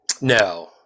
No